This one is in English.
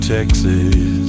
Texas